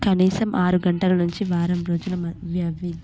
కనీసం ఆరు గంటల నుంచి వారం రోజులు మన వ్యవధి